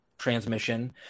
transmission